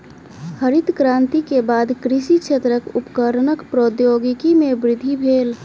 हरित क्रांति के बाद कृषि क्षेत्रक उपकरणक प्रौद्योगिकी में वृद्धि भेल